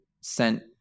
sent